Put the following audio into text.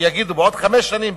שיגידו: בעוד חמש שנים,